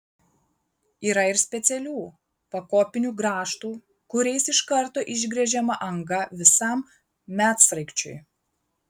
yra ir specialių pakopinių grąžtų kuriais iš karto išgręžiama anga visam medsraigčiui